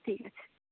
ঠিক আছে